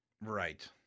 Right